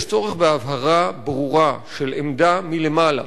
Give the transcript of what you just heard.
יש צורך בהבהרה ברורה, של עמדה מלמעלה: